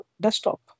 desktop